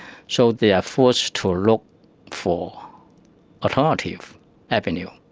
so they are forced to look for alternative avenues.